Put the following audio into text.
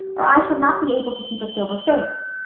or i shall not be able to keep a sober face.